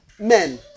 Men